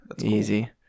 easy